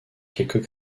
quelques